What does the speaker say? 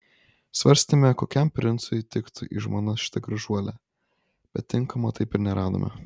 svarstėme kokiam princui tiktų į žmonas šita gražuolė bet tinkamo taip ir neradome